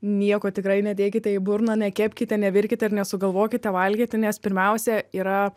nieko tikrai nedėkite į burną nekepkite nevirkite ir nesugalvokite valgyti nes pirmiausia yra